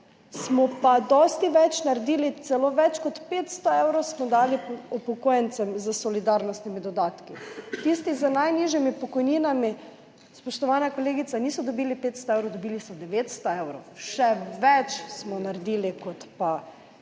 smo pa dosti več naredili, celo več kot 500 evrov smo dali upokojencem s solidarnostnimi dodatki. Tisti z najnižjimi pokojninami, spoštovana kolegica, niso dobili 500 evrov, dobili so 900 evrov. Še več smo naredili, kot pa